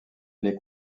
les